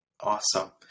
Awesome